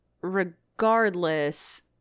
regardless